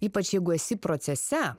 ypač jeigu esi procese